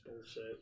bullshit